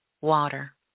water